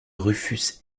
rufus